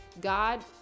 God